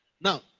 now